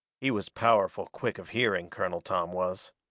he was powerful quick of hearing, colonel tom was.